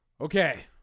Okay